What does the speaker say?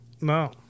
No